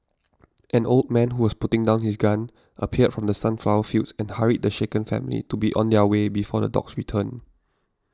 an old man who was putting down his gun appeared from the sunflower fields and hurried the shaken family to be on their way before the dogs return